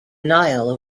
nile